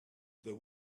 the